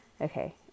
Okay